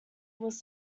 was